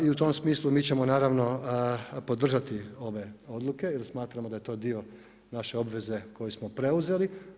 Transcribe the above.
I u tom smislu mi ćemo naravno podržati ove odluke jer smatramo da je to dio naše obveze koju smo preuzeli.